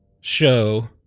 show